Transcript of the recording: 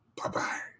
Bye-bye